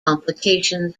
complications